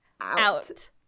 out